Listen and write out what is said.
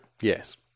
yes